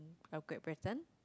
our Great Britain